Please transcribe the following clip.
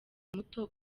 muto